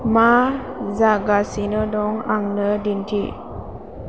मा जागासिनो दं आंनो दिन्थि